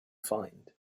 find